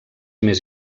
més